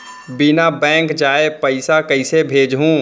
बिना बैंक जाए पइसा कइसे भेजहूँ?